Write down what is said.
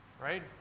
right